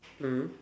mm